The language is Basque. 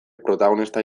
protagonista